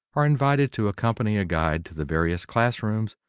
are invited to accompany a guide to the various classrooms,